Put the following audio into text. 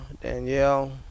Danielle